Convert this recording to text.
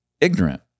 ignorant